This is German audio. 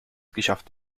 geschafft